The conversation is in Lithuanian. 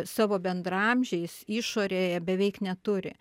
savo bendraamžiais išorėje beveik neturi